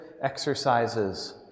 exercises